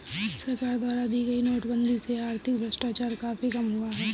सरकार द्वारा की गई नोटबंदी से आर्थिक भ्रष्टाचार काफी कम हुआ है